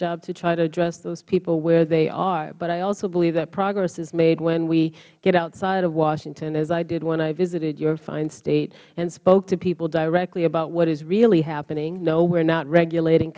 job to try to address those people where they are but i also believe that progress is made when we get outside of washington as i did when i visited your fine state and spoke to people directly about what is really happeningh no we are not regulating